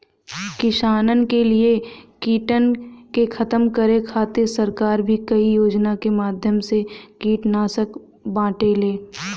किसानन के लिए कीटन के खतम करे खातिर सरकार भी कई योजना के माध्यम से कीटनाशक बांटेले